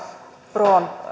pron